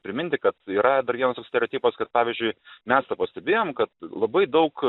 priminti kad yra dar vienas toks stereotipas kad pavyzdžiui mes tą pastebėjom kad labai daug